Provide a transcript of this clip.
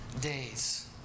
days